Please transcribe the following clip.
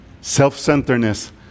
Self-centeredness